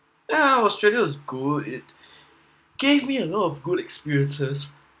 ah australia was good it gave me a lot of good experiences